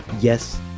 yes